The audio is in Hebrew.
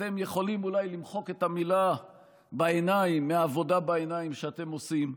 אתם יכולים אולי למחוק את המילה "בעיניים" מהעבודה בעיניים שאתם עושים.